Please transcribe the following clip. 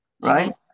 right